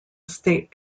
state